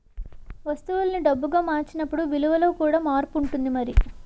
వస్తువుల్ని డబ్బుగా మార్చినప్పుడు విలువలో కూడా మార్పు ఉంటుంది మరి